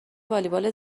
والیبال